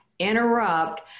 Interrupt